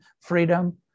freedom